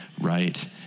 right